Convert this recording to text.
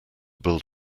build